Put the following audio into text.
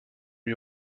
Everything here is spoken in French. lui